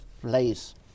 place